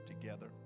together